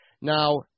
Now